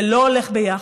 זה לא הולך ביחד.